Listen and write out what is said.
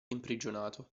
imprigionato